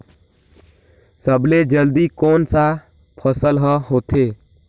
सबले जल्दी कोन सा फसल ह होथे?